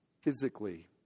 physically